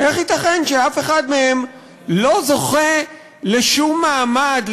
איך ייתכן שאף אחד מהם לא זוכה לשום מעמד,